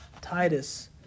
Titus